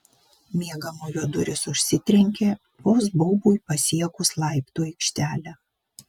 miegamojo durys užsitrenkė vos baubui pasiekus laiptų aikštelę